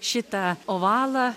šitą ovalą